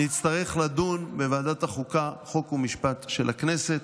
נצטרך לדון בוועדת החוקה, חוק ומשפט של הכנסת,